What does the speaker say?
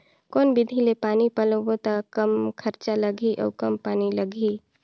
कौन विधि ले पानी पलोबो त कम खरचा लगही अउ कम पानी लगही?